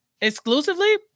exclusively